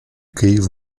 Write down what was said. київ